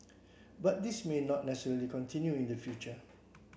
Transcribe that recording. but this may not necessarily continue in the future